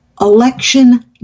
Election